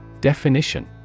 Definition